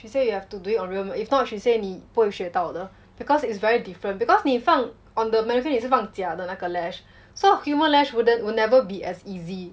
she say you have to do it on real if not she say 你不会学到的 because it's very different because 你放 on the mannequin 你是放假的那个 lash so human lash wouldn't will never be as easy